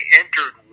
entered